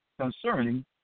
concerning